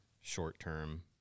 short-term